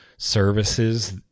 services